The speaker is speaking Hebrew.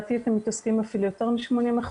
לדעתי אתם מתעסקים אפילו יותר מ-80%,